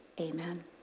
Amen